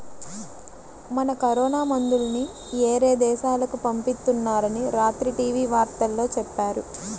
మన కరోనా మందుల్ని యేరే దేశాలకు పంపిత్తున్నారని రాత్రి టీవీ వార్తల్లో చెప్పారు